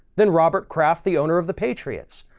then robert kraft, the owner of the patriots,